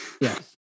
Yes